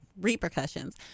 repercussions